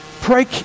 Pray